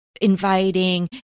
inviting